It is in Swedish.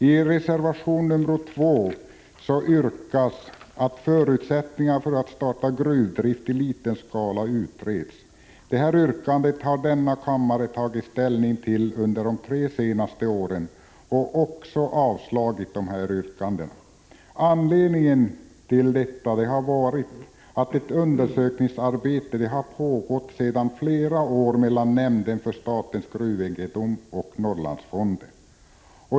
I reservation 2 yrkas att förutsättningarna för att starta gruvdrift i liten skala utreds. Detta yrkande har denna kammare tagit ställning till under de tre senaste åren och också avslagit. Anledningen till detta har varit att ett undersökningsarbete pågått sedan flera år tillbaka mellan nämnden för statens gruvegendom och Norrlandsfonden.